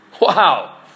Wow